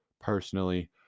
personally